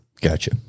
Gotcha